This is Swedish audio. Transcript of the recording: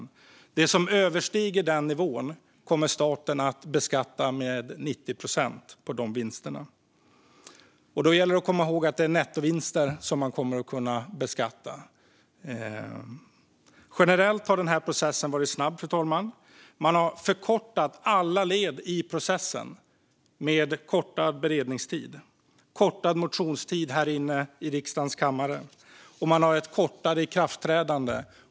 De vinster som överstiger den nivån kommer staten att beskatta med 90 procent. Då gäller det att komma ihåg att det är nettovinster som kommer att kunna beskattas. Generellt har processen varit snabb, fru talman. Man har förkortat alla led i processen, med kortad beredningstid, kortad motionstid här i riksdagen och kortare tid för ikraftträdande.